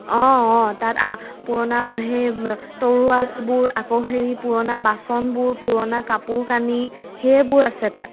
অঁ অঁ তাত আ পুৰণা সেই তৰুৱালবোৰ আকৌ হেৰি পুৰণা বাচনবোৰ পুৰণা কাপোৰ কানি সেইবোৰ আছে তাত